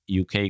UK